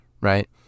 right